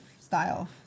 style